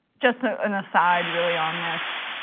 just an an aside really on this.